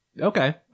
Okay